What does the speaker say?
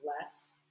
less